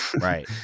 right